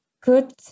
good